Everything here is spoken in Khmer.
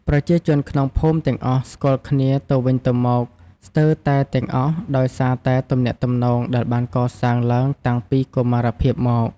ប្រជាជនក្នុងភូមិទាំងអស់ស្គាល់គ្នាទៅវិញទៅមកស្ទើរតែទាំងអស់ដោយសារតែទំនាក់ទំនងដែលបានកសាងឡើងតាំងពីកុមារភាពមក។